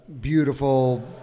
beautiful